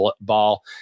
ball